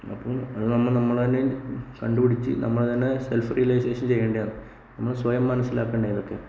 അപ്പം നമ്മൾ നമ്മള് തന്നെ കണ്ടുപിടിച്ച് നമ്മള് തന്നെ സെൽഫ് റീയലിസഷൻ ചെയ്യേണ്ടതാണ് നമ്മള് സ്വയം മനസ്സിലാക്കേണ്ടതാണ്